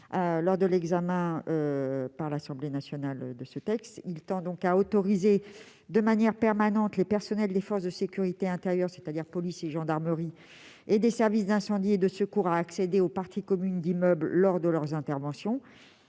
lors de l'examen du texte par l'Assemblée nationale, autorise de manière permanente les personnels des forces de sécurité intérieure, c'est-à-dire la police et la gendarmerie, et des services d'incendie et de secours à accéder aux parties communes d'immeubles lors de leurs interventions.